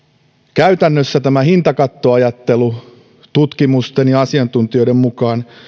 käytännössä tämä hintakattoajattelu tutkimusten ja asiantuntijoiden mukaan